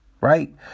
Right